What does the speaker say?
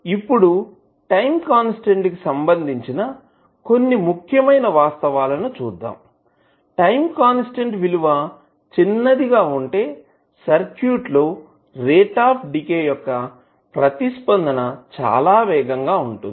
ఇప్పుడు time constant కి సంబంధించిన కొన్ని ముఖ్యమైన వాస్తవాలు చూద్దాముటైం కాన్స్టాంట్ విలువ చిన్నదిగా వుంటే సర్క్యూట్ లో రేట్ ఆఫ్ డీకే యొక్క ప్రతిస్పందన చాలా వేగంగా ఉంటుంది